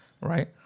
right